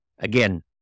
Again